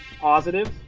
positive